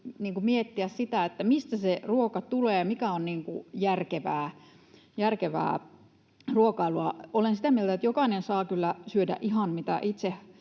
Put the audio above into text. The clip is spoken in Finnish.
miettiä, mistä se ruoka tulee ja mikä on järkevää ruokailua. Olen sitä mieltä, että jokainen saa kyllä syödä ihan, mitä itse